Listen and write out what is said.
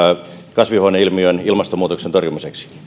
kasvihuoneilmiön ja ilmastonmuutoksen torjumiseksi